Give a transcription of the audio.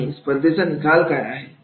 आणि स्पर्धेचा निकाल काय आहे